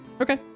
Okay